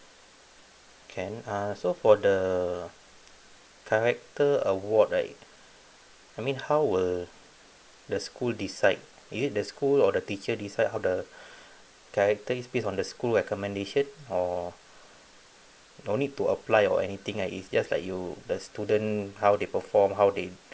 can uh so for the character award right I mean how will the school decide is it the school or the teacher decide how the character is based on the school recommendation or no need to apply or anything like it's just like you the student how they perform how they